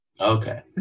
Okay